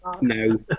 No